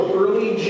early